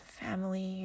family